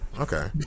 okay